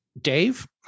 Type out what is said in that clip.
dave